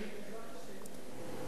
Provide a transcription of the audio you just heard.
בעזרת השם.